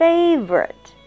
Favorite